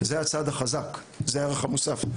זה הצד החזק וזה הערך המוסף.